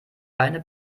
beine